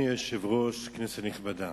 אדוני היושב-ראש, כנסת נכבדה,